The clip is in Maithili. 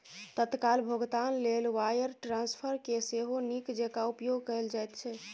तत्काल भोगतान लेल वायर ट्रांस्फरकेँ सेहो नीक जेंका उपयोग कैल जाइत छै